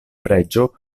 preĝo